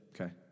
Okay